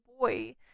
boy